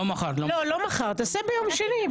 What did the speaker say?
לא, לא מחר, תעשה ביום שני.